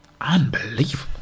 Unbelievable